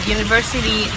University